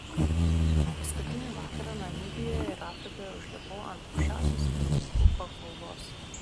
paskutinį vakarą namibijoje ir afrikoje užlipau ant aukščiausios vindhuko kalvos